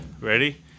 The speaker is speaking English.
Ready